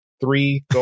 three